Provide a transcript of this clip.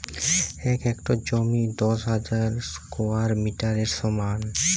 এক হেক্টর জমি দশ হাজার স্কোয়ার মিটারের সমান